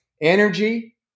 energy